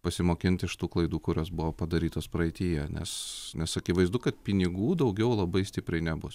pasimokinti iš tų klaidų kurios buvo padarytos praeityje nes nes akivaizdu kad pinigų daugiau labai stipriai nebus